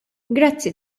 grazzi